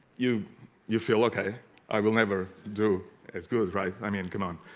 you you feel okay i will never do it's good right i mean come on